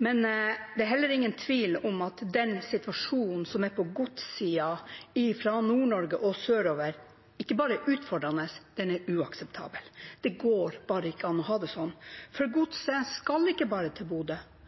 Men det er heller ingen tvil om at den situasjonen som er på godssiden fra Nord-Norge og sørover, ikke bare er utfordrende – den er uakseptabel. Det går bare ikke an å ha det sånn, for godset skal ikke bare til Bodø,